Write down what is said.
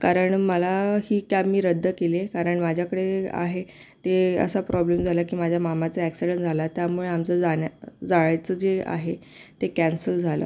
कारण मला ही कॅब मी रद्द केली आहे कारण माझ्याकडे आहे ते असा प्रॉब्लेम झाला की माझ्या मामाचा ॲक्सिडेंट झाला त्यामुळे आमचं जाण्या जायचं जे आहे ते कॅन्सल झालं